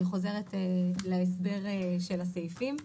אני חוזרת להסבר הסעיפים.